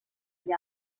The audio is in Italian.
gli